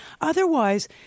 Otherwise